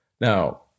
Now